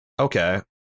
Okay